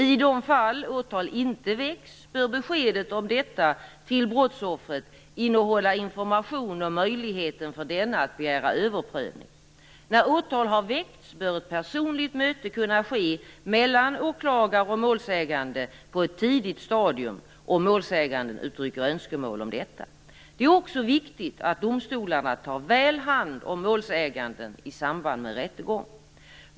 I de fall åtal inte väcks bör beskedet om detta till brottsoffret innehålla information om dennes möjlighet att begära överprövning. När åtal har väckts bör ett personligt möte kunna ske mellan åklagare och målsägande på ett tidigt stadium, om målsäganden uttrycker önskemål om detta. Det är också viktigt att domstolarna tar väl hand om målsäganden i samband med rättegång.